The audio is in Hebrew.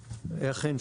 אכן.